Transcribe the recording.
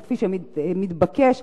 כפי שמתבקש,